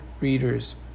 readers